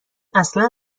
اصلا